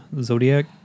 Zodiac